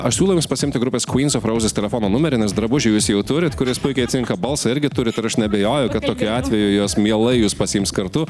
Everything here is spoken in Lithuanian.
aš siūlau jums pasiimti grupės kvyns of rauzes telefono numerį nes drabužį jūs jau turit kuris puikiai tinka balsą irgi turit ir aš neabejoju kad tokiu atveju jos mielai jus pasiims kartu